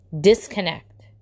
disconnect